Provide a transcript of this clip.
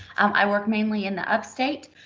i work mainly in the upstate.